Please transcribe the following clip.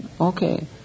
Okay